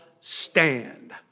Stand